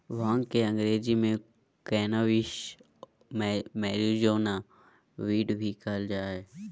भांग के अंग्रेज़ी में कैनाबीस, मैरिजुआना, वीड भी कहल जा हइ